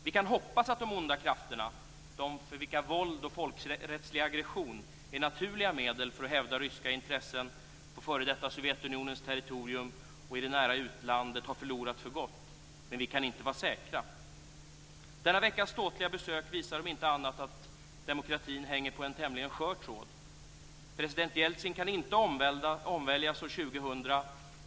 Vi kan hoppas att de onda krafterna, de för vilka våld och folkrättslig aggression är naturliga medel för att hävda ryska intressen på före detta Sovjetunionens territorium och i det nära utlandet, har förlorat för gott. Men vi kan inte vara säkra. Denna veckas ståtliga besök visar om inte annat att demokratin hänger på en tämligen skör tråd. President Jeltsin kan inte omväljas år 2000.